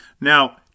Now